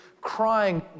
Crying